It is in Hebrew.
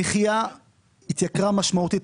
המחיה התייקרה משמעותית.